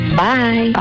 Bye